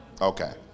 Okay